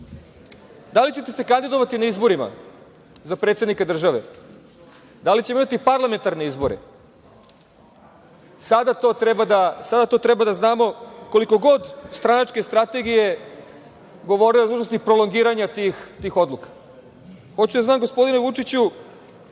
li ćete se kandidovati na izborima za predsednika države? Da li ćemo imati parlamentarne izbore? Sada to treba da znamo koliko god stranačke strategije govorile o nužnosti prolongiranja tih odluka. Hoću da znam, gospodine Vučiću